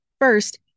First